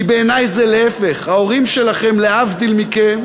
כי בעיני זה להפך: ההורים שלכם, להבדיל מכם,